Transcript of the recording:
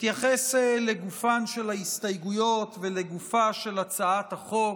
אתייחס לגופן של ההסתייגויות ולגופה של הצעת החוק,